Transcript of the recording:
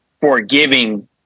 forgiving